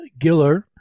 Giller